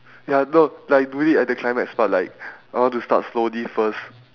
ya no like do it at the climax but like I want to start slowly first